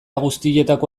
guztietako